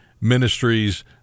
Ministries